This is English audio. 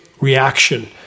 reaction